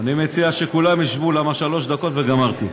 אני מציע שכולם ישבו, כי שלוש דקות וגמרתי.